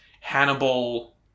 Hannibal